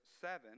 seven